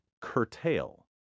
curtail